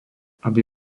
aby